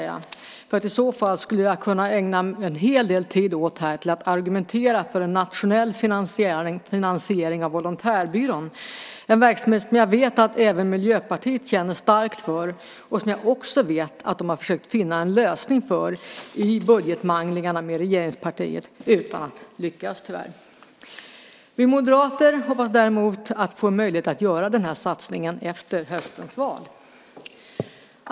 I så fall hade jag kunnat ägna en hel del tid åt att argumentera för en nationell finansiering av Volontärbyrån - en verksamhet som jag vet att även Miljöpartiet känner starkt för och som jag också vet att de har försökt finna en lösning för i budgetmanglingarna med regeringspartiet utan att lyckas, tyvärr. Vi moderater hoppas däremot få en möjlighet att göra denna satsning efter höstens val.